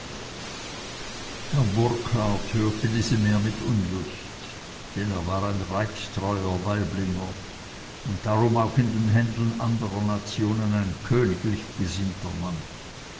hörte diese mär mit unlust denn er war ein reichstreuer waiblinger und darum auch in den händeln anderer nationen ein königlich gesinnter mann